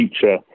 feature